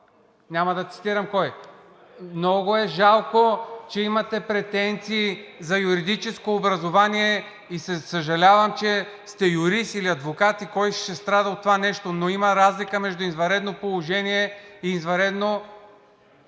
няма да цитирам кой. Много е жалко, че имате претенции за юридическо образование и съжалявам, че сте юрист или адвокат и кой ще страда от това нещо, но има разлика между извънредно положение и извънредно…